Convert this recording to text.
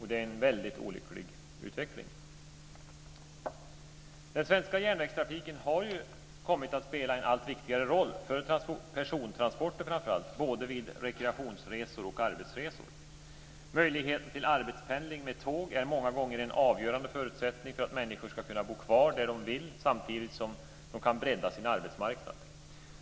Det är en väldigt olycklig utveckling. Den svenska järnvägstrafiken har ju kommit att spela en allt viktigare roll för framför allt persontransporter både vid rekreationsresor och arbetsresor. Möjligheten till arbetspendling med tåg är många gånger en avgörande förutsättning för att människor ska kunna bo kvar där de vill och samtidigt bredda sin arbetsmarknad.